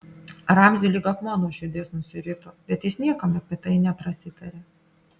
ramziui lyg akmuo nuo širdies nusirito bet jis niekam apie tai neprasitarė